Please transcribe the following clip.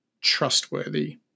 trustworthy